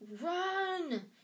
RUN